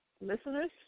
listeners